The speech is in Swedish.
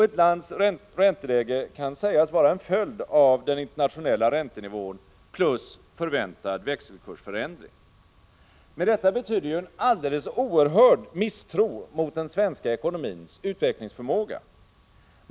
Ett lands ränteläge kan sägas vara en följd av den internationella räntenivån plus förväntad växelkursförändring. Men detta betyder ju en alldeles oerhörd misstro mot den svenska ekonomins utvecklingsförmåga!